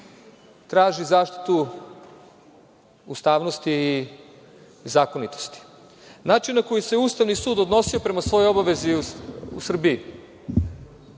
traži zaštitu ustavnosti i zakonitosti. Način na koji se Ustavni sud odnosio prema svojoj obavezi u Srbiji,